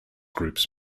groups